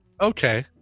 Okay